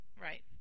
Right